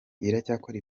iracyakora